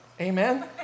Amen